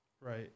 Right